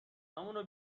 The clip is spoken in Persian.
همونو